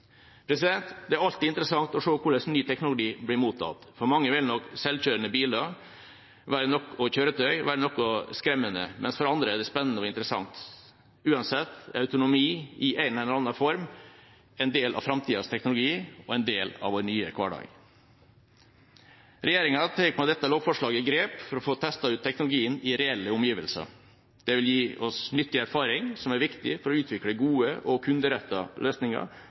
Det er alltid interessant å se hvordan ny teknologi blir mottatt. For mange vil nok selvkjørende biler og kjøretøy være noe skremmende, mens det for andre er spennende og interessant. Uansett – autonomi i en eller annen form er en del av framtidas teknologi og en del av vår nye hverdag. Regjeringa tar med dette lovforslaget grep for å få testet ut teknologien i reelle omgivelser. Det vil gi oss nyttig erfaring som er viktig for å utvikle gode og kunderettede løsninger,